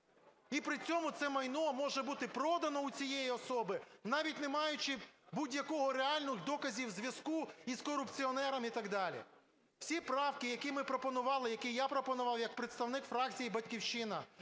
і при цьому це майно може бути продано у цієї особи, навіть не маючи будь-яких реальних доказів зв'язку із корупціонером, і так далі. Всі правки, які ми пропонували, які я пропонував як представник фракції "Батьківщина",